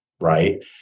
right